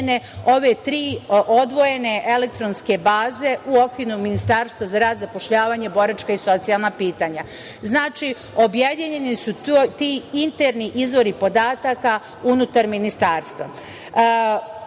ove tri odvojene elektronske baze u okvirno Ministarstvo za rad, zapošljavanje, boračka i socijalna pitanja. Znači, objedinjeni su ti interni izvori podataka unutar ministarstva. Preostaje